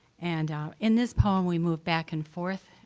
and in this poem, we move back and forth.